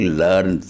learn